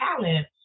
talent